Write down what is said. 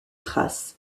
traces